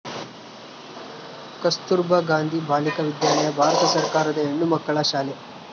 ಕಸ್ತುರ್ಭ ಗಾಂಧಿ ಬಾಲಿಕ ವಿದ್ಯಾಲಯ ಭಾರತ ಸರ್ಕಾರದ ಹೆಣ್ಣುಮಕ್ಕಳ ಶಾಲೆ